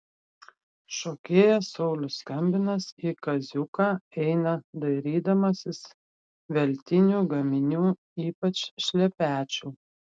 šokėjas saulius skambinas į kaziuką eina dairydamasis veltinių gaminių ypač šlepečių